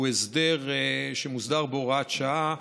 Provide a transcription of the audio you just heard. הוא הסדר שמוסדר בהוראת שעה,